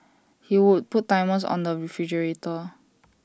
he would put timers on the refrigerator